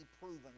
proven